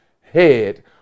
head